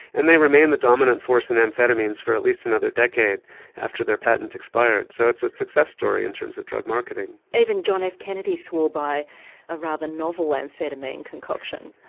and they remained the dominant force in amphetamines for at least another decade after their patent expired so it's a success story in terms of drug marketing. even john f kennedy swore by a rather novel amphetamine concoction.